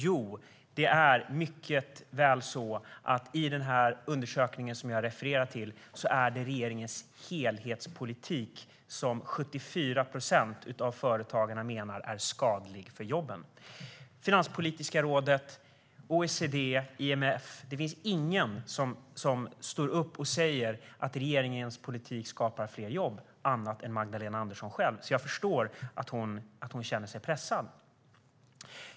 Jo, det är så att i den undersökning som jag refererar till är det regeringens helhetspolitik som 74 procent av företagarna menar är skadlig för jobben. Varken Finanspolitiska rådet, OECD eller IMF står upp och säger att regeringens politik skapar fler jobb. Ingen gör det, bara Magdalena Andersson själv. Jag förstår därför att hon känner sig pressad.